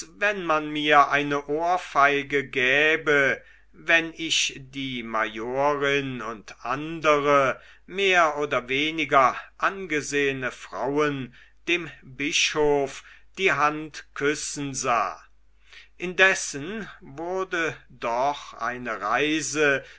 wenn man mir eine ohrfeige gäbe wenn ich die majorin und andere mehr oder weniger an gesehene frauen dem bischof die hand küssen sah indessen wurde doch eine reise